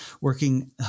working